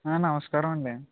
నమస్కారం అండీ